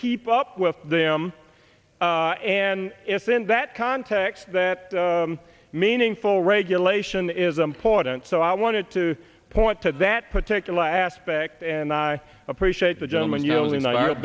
keep up with them and it's in that context that meaningful regulation is important so i wanted to point to that particular aspect and i appreciate the gentleman you only know